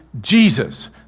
Jesus